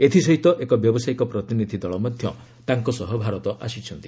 ଏଥିସହିତ ଏକ ବ୍ୟବସାୟିକ ପ୍ରତିନିଧି ଦଳ ମଧ୍ୟ ତାଙ୍କ ସହ ଭାରତ ଆସିଛନ୍ତି